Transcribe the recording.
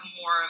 more